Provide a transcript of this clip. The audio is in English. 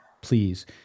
please